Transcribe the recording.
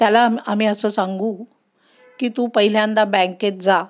त्याला आम्ही असं सांगू की तू पहिल्यांदा बँकेत जा